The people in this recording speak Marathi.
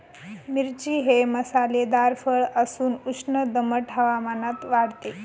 मिरची हे मसालेदार फळ असून उष्ण दमट हवामानात वाढते